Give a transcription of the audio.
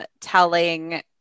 telling